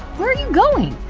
where are you going!